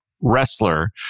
wrestler